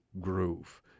Groove